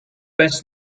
best